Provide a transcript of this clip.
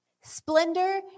Splendor